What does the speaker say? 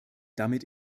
damit